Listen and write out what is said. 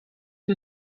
who